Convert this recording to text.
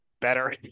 better